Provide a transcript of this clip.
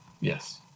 Yes